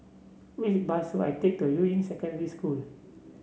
which bus should I take to Yuying Secondary School